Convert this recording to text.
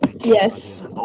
yes